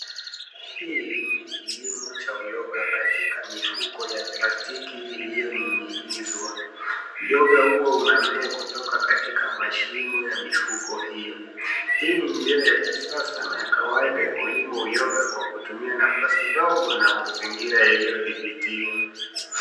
Hii ni kilimo cha uyoga katika mifuko ya plastiki iliyoning'inizwa. Uyoga huo unamea kutoka katika mashimo ya mifuko hiyo. Hii ni njia ya kisasa na ya kawaida ya kulima uyoga kwa kutumia nafasi ndogo na mazingira iliyodhibitiwa.